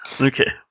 Okay